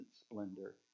splendor